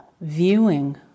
viewing